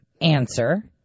answer